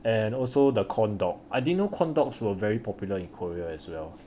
and also the corn dog I didn't know corn dogs were very popular in korea as well